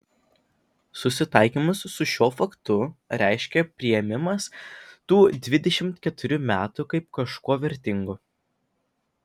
susitaikymas su šiuo faktu reiškia priėmimas tų dvidešimt keturių metų kaip kažkuo vertingų